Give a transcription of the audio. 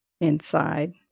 inside